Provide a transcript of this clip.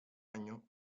año